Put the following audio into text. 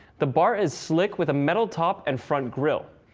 the bar is slick with a metal top and front grill.